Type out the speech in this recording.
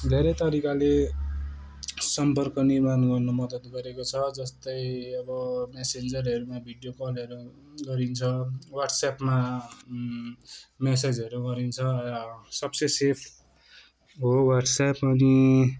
धेरै तरिकाले सम्पर्क निर्माण गर्नु मद्दत गरेको छ जस्तै अब म्यासेन्जरहरूमा भिडियो कलहरू गरिन्छ वाट्सएपमा म्यासेजहरू गरिन्छ सबसे सेफ हो वाट्सएप अनि